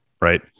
right